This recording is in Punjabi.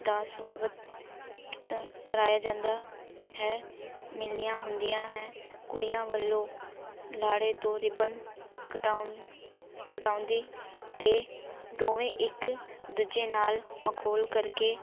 ਦਾ ਸੁਆਗਤ ਕੀਤਾ ਕਰਾਇਆ ਜਾਂਦਾ ਹੈ ਮਿਲਣੀਆਂ ਹੁੰਦੀਆਂ ਹੈ ਕੁੜੀਆਂ ਵੱਲੋਂ ਲਾੜੇ ਤੋਂ ਰੀਬਨ ਕਟਾਉਣ ਕਟਾਉਣ ਦੀ ਅਤੇ ਦੋਵੇ ਇੱਕ ਦੂਜੇ ਨਾਲ ਮਖੌਲ ਕਰਕੇ